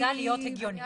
נועדה להיות הגיונית.